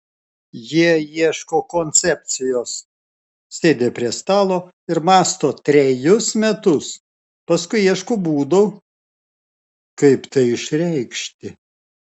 jie ieško koncepcijos sėdi prie stalo ir mąsto trejus metus paskui ieško būdo kaip tai išreikšti